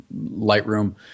Lightroom